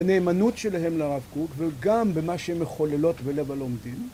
בנאמנות שלהם לרב קוק וגם במה שהן מחוללות בלב הלומדים